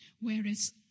whereas